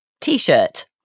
T-shirt